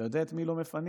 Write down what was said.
אתה יודע את מי לא מפנים,